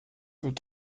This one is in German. und